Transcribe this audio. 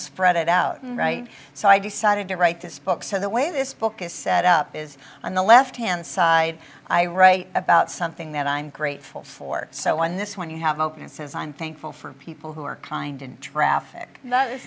spread it out right so i decided to write this book so the way this book is set up is on the left hand side i write about something that i'm grateful for so when this when you have opened it says i'm thankful for people who are kind in traffic that is